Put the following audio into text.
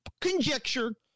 conjecture